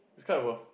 it's quite worth